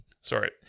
Sorry